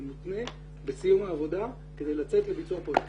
זה מותנה בסיום העבודה כדי לצאת לביצוע הפרויקטים.